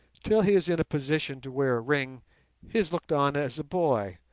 till he is in a position to wear a ring he is looked on as a boy,